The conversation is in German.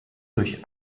durch